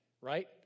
right